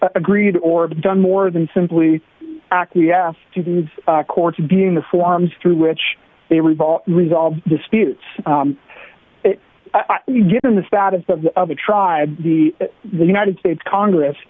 agreed or done more than simply acquiesce to these courts being the forms through which they revolve resolve disputes given the status of the other tribe the united states congress